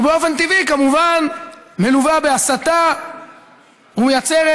ובאופן טבעי כמובן מלווה בהסתה ומייצרת